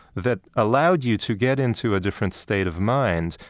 that allowed you to get into a different state of mind.